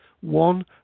one